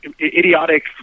idiotic